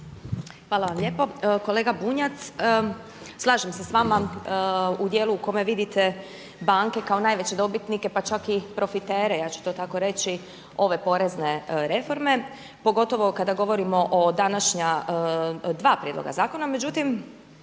Hvala vam lijepo. Kolega Bunjac. Slažem se s vama u dijelu u kome vidite banke kao najveće dobitnike pa čak i profitere ja ću to tako reći ove porezne reforme, pogotovo kada govorimo o današnja dva prijedloga zakona,